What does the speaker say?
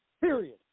Period